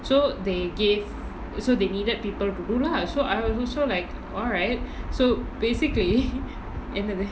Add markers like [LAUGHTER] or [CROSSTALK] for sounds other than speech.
so they gave so they needed people to do lah so I was also like alright so basically [LAUGHS] என்னது:ennathu